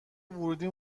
ورودی